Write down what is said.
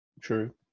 True